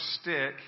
stick